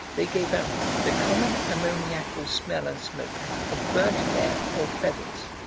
they gave out the common ammoniacal smell and smoke of burnt hair or feathers.